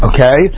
Okay